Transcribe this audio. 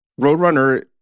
Roadrunner